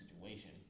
situation